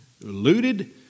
looted